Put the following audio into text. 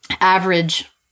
average